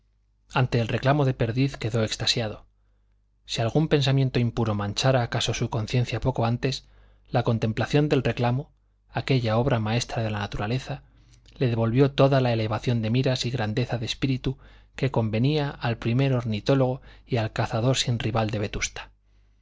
ante el reclamo de perdiz quedó extasiado si algún pensamiento impuro manchara acaso su conciencia poco antes la contemplación del reclamo aquella obra maestra de la naturaleza le devolvió toda la elevación de miras y grandeza de espíritu que convenía al primer ornitólogo y al cazador sin rival de vetusta